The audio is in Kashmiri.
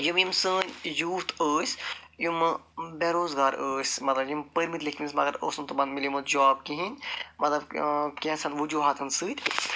یِم یِم سٲنۍ یوٗتھ ٲسۍ یِمہٕ بےروزگار ٲسۍ مطلب یِم پٔرۍمٕتۍ لیٖکھۍمٕتۍ ٲسۍ مگر اوس نہٕ تِمن میلیٛومُت جاب کہیٖنٛۍ مطلب کیٚنٛژن وجوٗہاتن سۭتۍ